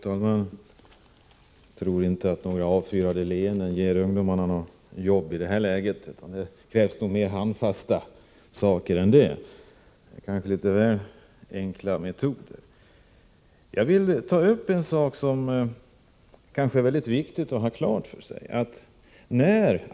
Fru talman! Jag tror inte att några avfyrade leenden ger ungdomarna jobb i detta läge. Det krävs nog mer handfasta saker än så. Det är kanske litet väl enkla metoder. Jag vill ta upp en sak som det är mycket väsentligt att man har klart för sig.